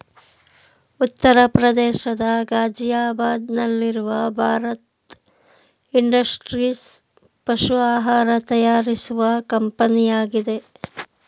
ಉತ್ತರ ಪ್ರದೇಶದ ಗಾಜಿಯಾಬಾದ್ ನಲ್ಲಿರುವ ಭಾರತ್ ಇಂಡಸ್ಟ್ರೀಸ್ ಪಶು ಆಹಾರ ತಯಾರಿಸುವ ಕಂಪನಿಯಾಗಿದೆ